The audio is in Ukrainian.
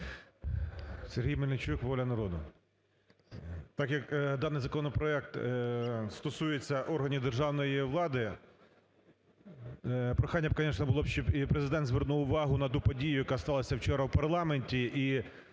Сергій Мельничук, "Воля народу". Так як даний законопроект стосується органів державної влади, прохання, конечно було б, щоб і Президент звернув увагу на ту подію, яка сталася вчора у парламенті.